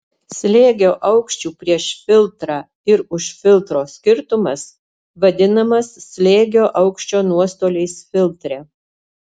slėgio aukščių prieš filtrą ir už filtro skirtumas vadinamas slėgio aukščio nuostoliais filtre